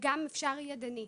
ואפשר גם ידנית.